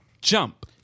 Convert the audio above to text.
Jump